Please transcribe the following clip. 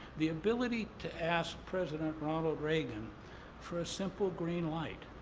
the ability to ask president ronald reagan for a simple green light.